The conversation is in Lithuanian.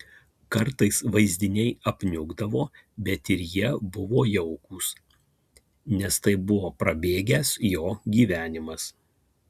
kartais vaizdiniai apniukdavo bet ir jie buvo jaukūs nes tai buvo prabėgęs jo gyvenimas